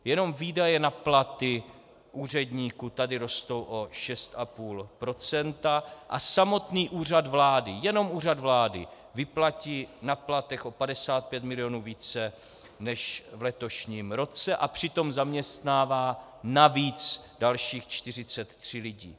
Jenom výdaje na platy úředníků tady rostou o 6,5 % a samotný Úřad vlády jenom Úřad vlády vyplatí na platech o 55 mil. více než v letošním roce a přitom zaměstnává navíc dalších 43 lidí.